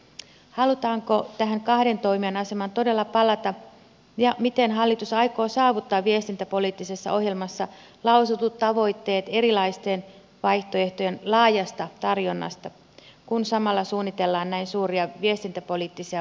halutaanko tähän kahden toimijan asemaan todella palata ja miten hallitus aikoo saavuttaa viestintäpoliittisessa ohjelmassa lausutut tavoitteet erilaisten vaihtoehtojen laajasta tarjonnasta kun samalla suunnitellaan näin suuria viestintäpoliittisia muutoksia